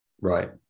Right